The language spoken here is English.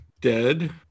dead